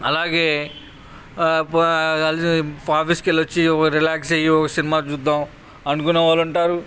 అలాగే ఆఫీస్కి వెళ్ళు వచ్చి రిలాక్స్ అయ్యి ఒక సినిమా చూద్దాం అనుకునే వాళ్ళు ఉంటారు